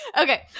Okay